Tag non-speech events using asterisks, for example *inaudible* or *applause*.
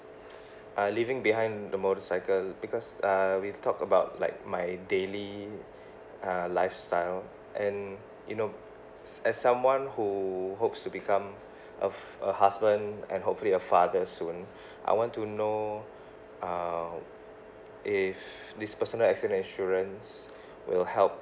*breath* uh leaving behind the motorcycle because uh we talk about like my daily uh lifestyle and you know s~ as someone who hopes to become *breath* of a husband and hopefully a father soon *breath* I want to know uh if this personal accident insurance *breath* will help